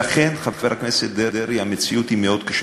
ואכן, חבר הכנסת דרעי, המציאות היא מאוד קשה.